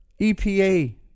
EPA